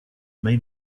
may